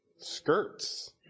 Skirts